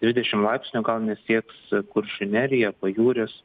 dvidešimt laipsnių gal net sieks kuršių nerija pajūris